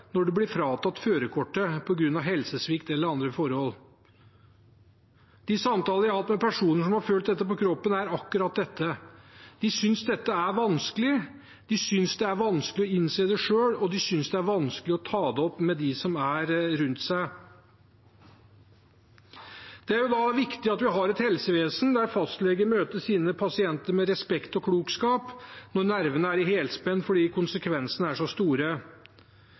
når man blir fratatt førerkortet på grunn av helsesvikt eller andre forhold. De samtaler jeg har hatt med personer som har følt dette på kroppen, handler om akkurat dette: De synes det er vanskelig. De synes det er vanskelig å innse det selv, og de synes det er vanskelig å ta det opp med dem de har rundt seg. Da er det viktig at vi har et helsevesen der fastlegen møter sine pasienter med respekt og klokskap, når nervene er i helspenn fordi konsekvensene er så store.